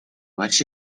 маш